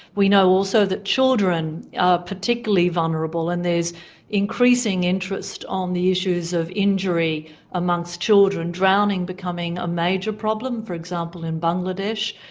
we know also that children are particularly vulnerable, and there's increasing interest on the issues of injury amongst children, drowning becoming a major problem, for example in bangladesh,